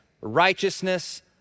righteousness